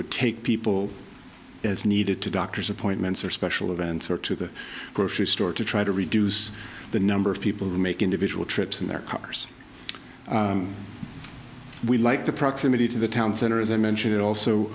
would take people as needed to doctors appointments or special events or to the grocery store to try to reduce the number of people who make individual trips in their cars we like the proximity to the town center as i mentioned also